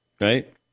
right